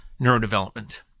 neurodevelopment